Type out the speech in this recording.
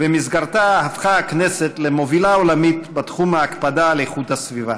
שבמסגרתה הפכה הכנסת למובילה עולמית בתחום ההקפדה על איכות הסביבה.